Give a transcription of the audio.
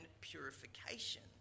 purification